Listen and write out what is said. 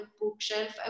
bookshelf